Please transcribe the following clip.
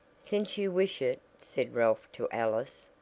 since you wish it, said ralph to alice,